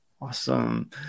Awesome